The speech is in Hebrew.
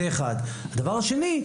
הדבר השני,